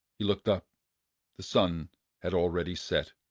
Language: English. he looked up the sun had already set.